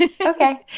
Okay